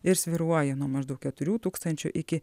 ir svyruoja nuo maždaug keturių tūkstančių iki